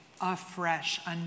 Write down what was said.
afresh